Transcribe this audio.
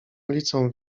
ulicą